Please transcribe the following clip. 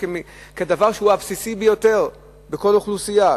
כדבר שהוא הבסיסי ביותר בכל אוכלוסייה,